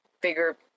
bigger